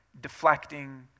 deflecting